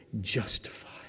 justified